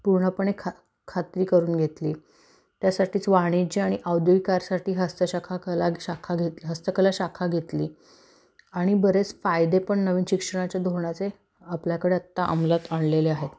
पूर्णपणे खा खात्री करून घेतली त्यासाठीच वाणिज्य आणि औद्योकारसाठी हस्तशाखा कला शाखा घेत हस्तकला शाखा घेतली आणि बरेच फायदे पण नवीन शिक्षणाच्या धोरणाचे आपल्याकडे आत्ता अमलात आणलेले आहेत